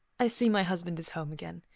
i see my husband is home again.